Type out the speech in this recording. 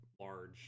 large